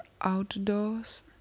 outdoors